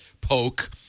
poke